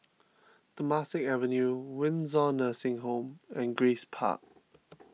Temasek Avenue Windsor Nursing Home and Grace Park